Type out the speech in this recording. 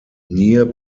near